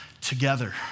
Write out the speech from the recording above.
together